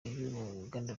y’uruganda